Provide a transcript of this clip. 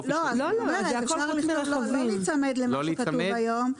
חופש ---" אפשר לא להיצמד למה שכתוב היום,